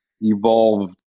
evolved